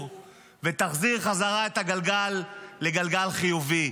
ותחזיר חזרה את הגלגל לגלגל חיובי.